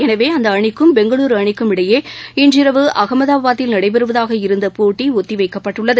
எனவே அந்த அணிக்கும் பெங்களுரு அணிக்கும் இடையே இன்றிரவு அகமதாபாதில் நடைபெறுவதாக இருந்த போட்டி ஒத்திவைக்கப்பட்டுள்ளது